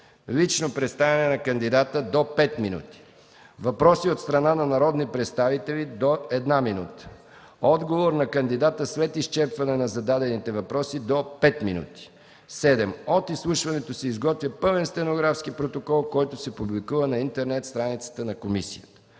Лично представяне на кандидата - до пет минути. 5. Въпроси от страна на народни представители - до една минута. 6. Отговор на кандидата след изчерпване на зададените въпроси – до пет минути. 7. От изслушването се изготвя пълен стенографски протокол, който се публикува на интернет страницата на комисията.